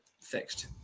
fixed